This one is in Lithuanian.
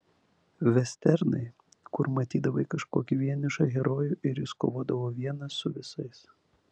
vesternai kur matydavai kažkokį vienišą herojų ir jis kovodavo vienas su visais